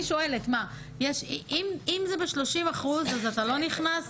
אני שואלת אם זה ב-30 אחוז אז אתה לא נכנס,